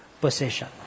position